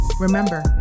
remember